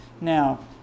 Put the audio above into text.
Now